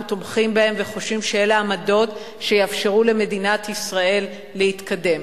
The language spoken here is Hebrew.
תומכים בהן וחושבים שאלה עמדות שיאפשרו למדינת ישראל להתקדם.